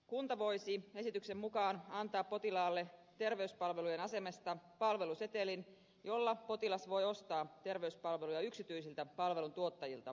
kunta voisi esityksen mukaan antaa potilaalle terveyspalvelujen asemesta palvelusetelin jolla potilas voi ostaa terveyspalveluja yksityisiltä palveluntuottajilta